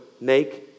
make